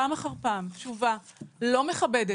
פעם אחר פעם תשובה לא מכבדת.